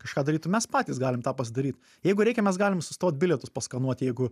kažką darytų mes patys galim tą padaryt jeigu reikia mes galim sustot bilietus paskanuoti jeigu